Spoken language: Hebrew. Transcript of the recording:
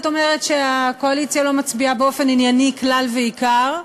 את אומרת שהקואליציה לא מצביעה באופן ענייני כלל ועיקר,